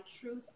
truth